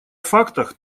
фактах